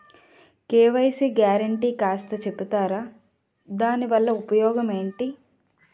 KYC guarantee కాస్త చెప్తారాదాని వల్ల ఉపయోగం ఎంటి?